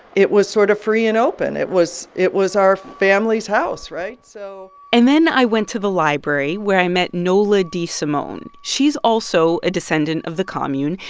it was sort of free and open. it was it was our family's house, right? so and then i went to the library, where i met nola desimone. she's also a descendant of the commune.